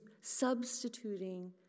substituting